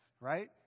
right